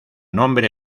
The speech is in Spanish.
nombre